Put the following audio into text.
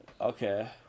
Okay